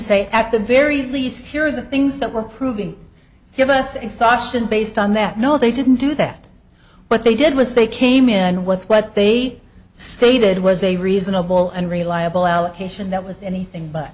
say at the very least here are the things that we're proving give us in sawston based on that no they didn't do that what they did was they came in with what they stated was a reasonable and reliable allocation that was anything but